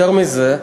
יותר מזה,